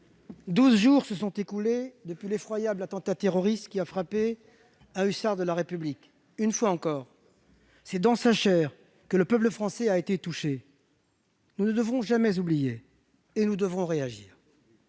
jours se sont écoulés depuis l'effroyable attentat terroriste qui a frappé un hussard de la République. Une fois encore, le peuple français a été touché dans sa chair. Nous ne devrons jamais oublier et nous devons réagir.